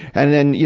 and then, you